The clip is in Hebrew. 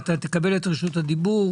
ואתה תקבל את רשות הדיבור.